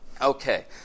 Okay